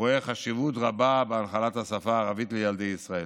רואה חשיבות רבה בהנחלת השפה הערבית לילדי ישראל.